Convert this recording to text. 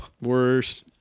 Worst